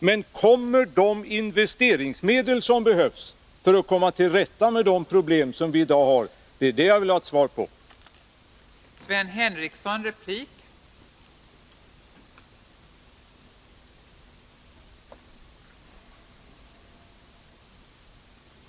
Men kommer de investerings medel som behövs för att man skall komma till rätta med de problem som vi Nr 68 har i dag? Det är det jag vill ha svar på. Måndagen den